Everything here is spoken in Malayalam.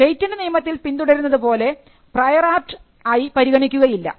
പേറ്റന്റ് നിയമത്തിൽ പിന്തുടരുന്നത് പോലെ പ്രയർ ആർട്ട് ആയി പരിഗണിക്കുകയില്ല